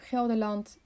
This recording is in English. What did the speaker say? Gelderland